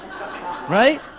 right